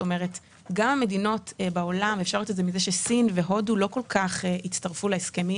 גם מדינות בעולם אתם יודעים שסין והודו לא כל כך הצטרפו להסכמים